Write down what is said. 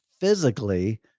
physically